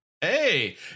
Hey